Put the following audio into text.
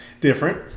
Different